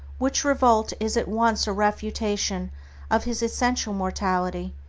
which revolt is at once a refutation of his essential mortality,